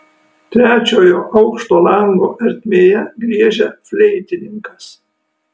trečiojo aukšto lango ertmėje griežia fleitininkas